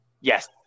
yes